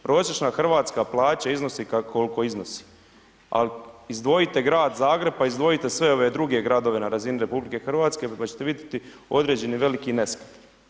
Prosječna Hrvatska plaća iznosi koliko iznosi, ali izdvojite grad Zagreb pa izdvojite sve ove druge gradove na razini RH pa ćete vidjeti određeni veliki nesklad.